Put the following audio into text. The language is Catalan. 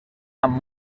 amb